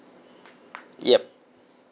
yup